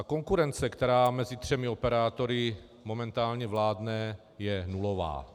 Konkurence, která mezi třemi operátory momentálně vládne, je nulová.